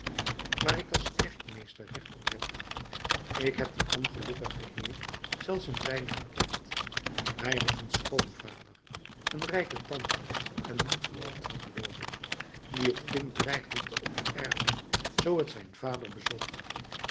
waar ik als kerkmeester recht op heb ik heb dien ongelukkigen heer zelfs een weinig gekend hij had een schoonvader een rijke tante en bloedverwanten geloof ik die het kind dreigden te onterven zoo het zijn vader bezocht